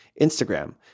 Instagram